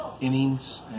innings